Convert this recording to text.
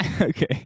Okay